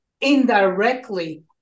indirectly